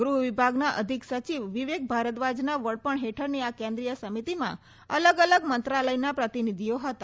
ગ્રહ વિભાગના અધિક સચિવ વિવેક ભારદ્વાજના વડપણ હેઠળની આ કેન્દ્રીય સમિતિમાં અલગ અલગ મંત્રાલયના પ્રતિનિધિઓ હતા